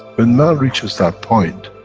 when man reaches that point,